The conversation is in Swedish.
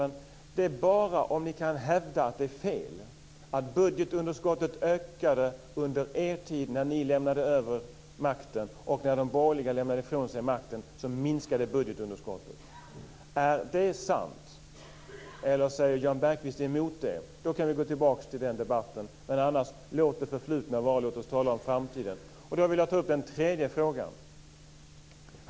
Men det är bara om ni kan hävda att det är fel att budgetunderskottet ökade under er tid, när ni lämnade över makten, och att det minskade när de borgerliga lämnade ifrån sig makten som vi kan gå tillbaka till den debatten. Är det sant eller säger Jan Bergqvist emot det? Låt annars det förflutna vara, låt oss tala om framtiden. Jag vill också ta upp en tredje fråga.